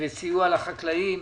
וסיוע לחקלאים.